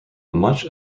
much